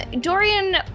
Dorian